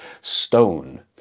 stone